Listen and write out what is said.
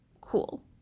Cool